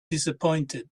disappointed